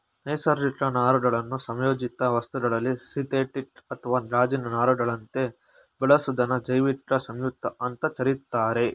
ನೈಸರ್ಗಿಕ ನಾರುಗಳನ್ನು ಸಂಯೋಜಿತ ವಸ್ತುಗಳಲ್ಲಿ ಸಿಂಥೆಟಿಕ್ ಅಥವಾ ಗಾಜಿನ ನಾರುಗಳಂತೆ ಬಳಸೋದನ್ನ ಜೈವಿಕ ಸಂಯುಕ್ತ ಅಂತ ಕರೀತಾರೆ